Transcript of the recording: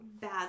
bad